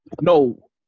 No